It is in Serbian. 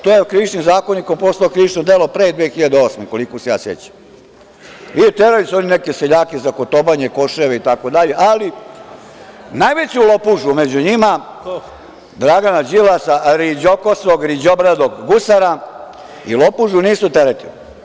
To je Krivičnim zakonikom postalo krivično delo pre 2008. godine, koliko se ja sećam, i terali su oni neke seljake za kotobanje, koševe itd, ali najveću lopužu među njima, Dragana Đilasa, riđokosog, riđobradog gusara i lopužu nisu teretili.